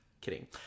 kidding